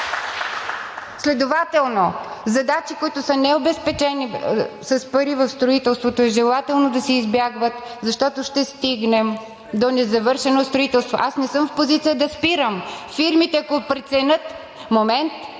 Следователно задачи, които са необезпечени с пари в строителството, е желателно да се избягват, защото ще стигнем до незавършено строителство. Аз не съм в позиция да спирам фирмите, ако преценят… (Шум